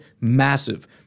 massive